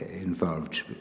involved